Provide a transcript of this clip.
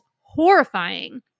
horrifying